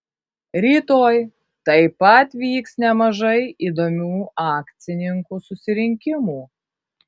rytoj taip pat vyks nemažai įdomių akcininkų susirinkimų